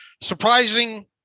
surprising